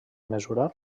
mesurar